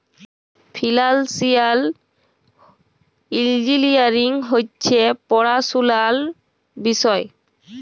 financial engineering হছে পড়াশুলার বিষয়